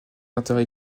d’intérêt